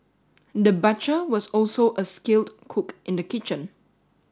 the butcher was also a skilled cook in the kitchen